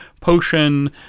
potion